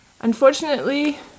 Unfortunately